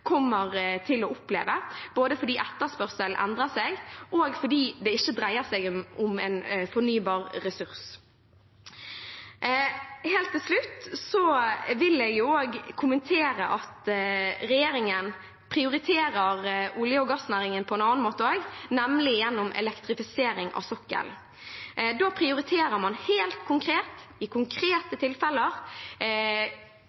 kommer til å oppleve, både fordi etterspørselen endrer seg, og fordi det ikke dreier seg om en fornybar ressurs. Helt til slutt vil jeg kommentere at regjeringen prioriterer olje- og gassnæringen på en annen måte også, nemlig gjennom elektrifisering av sokkelen. Da prioriterer man helt konkret, i